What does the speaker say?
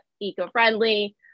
eco-friendly